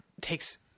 takes